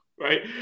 Right